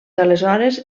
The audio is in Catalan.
aleshores